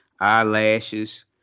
eyelashes